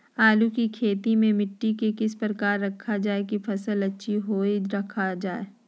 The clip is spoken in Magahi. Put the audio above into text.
आलू की खेती में मिट्टी को किस प्रकार रखा रखा जाए की फसल अच्छी होई रखा जाए?